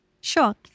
Sure